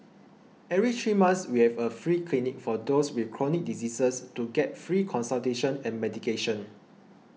every three months we have a free clinic for those with chronic diseases to get free consultation and medication